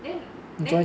then then